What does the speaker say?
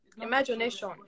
Imagination